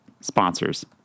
sponsors